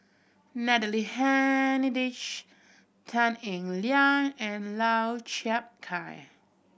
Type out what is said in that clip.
Natalie Hennedige Tan Eng Liang and Lau Chiap Khai